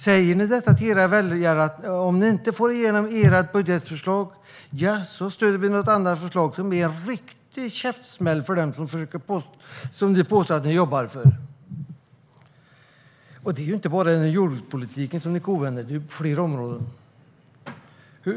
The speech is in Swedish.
Säger ni till era väljare att om ni inte får igenom ert budgetförslag stöder ni ett annat förslag - som är en riktig käftsmäll för dem ni påstår att ni jobbar för? Det är inte bara inom jordbrukspolitiken ni kovänder, utan det är på flera områden.